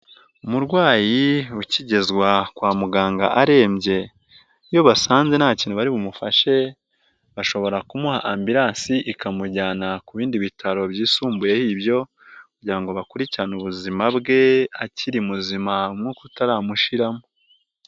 Umurwayi ukigezwa kwa muganga arembye iyo basanze nta kintu baribumufashe bashobora kumuha ambiransi ikamujyana ku bindi bitaro byisumbuyeho ibyo kugira ngo bakurikirane ubuzima bwe akiri muzima umwuka utaramushiramo.